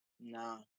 No